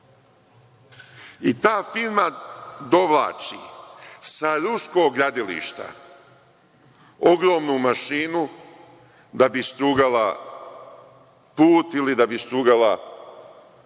firma dovlači sa ruskog gradilišta ogromnu mašinu da bi strugala put ili da bi strugala tavanicu